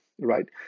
right